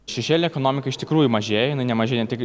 šešėlinė ekonomika iš tikrųjų mažėja jinai nemažėjanti tik